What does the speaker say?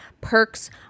perks